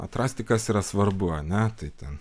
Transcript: atrasti kas yra svarbu ar ne tai ten